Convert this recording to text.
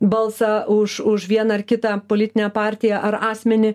balsą už už vieną ar kitą politinę partiją ar asmenį